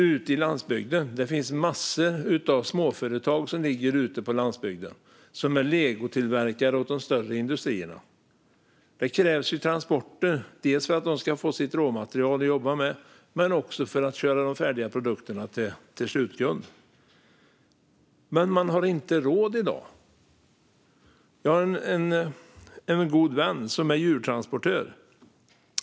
Ute på landsbygden ligger en massa småföretag som är legotillverkare åt de större industrierna. Det krävs transporter både för att de ska få sitt råmaterial och för att de ska få ut de färdiga produkterna till slutkunden. Men i dag har de inte råd. Jag har en god vän som är djurtransportör.